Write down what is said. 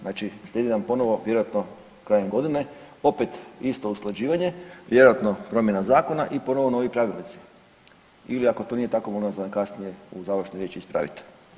Znali slijedi nam ponovo vjerojatno krajem godine opet isto usklađivanje, vjerojatno promjena zakona i ponovo novi pravilnici ili ako to nije tako molim vas da me kasnije u završnoj riječi ispravite.